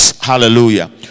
Hallelujah